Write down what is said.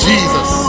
Jesus